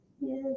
Yes